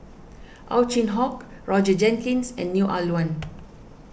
Ow Chin Hock Roger Jenkins and Neo Ah Luan